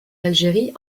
l’algérie